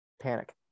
panic